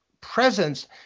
presence